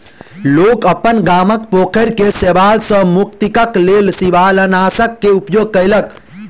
लोक अपन गामक पोखैर के शैवाल सॅ मुक्तिक लेल शिवालनाशक के उपयोग केलक